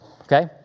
Okay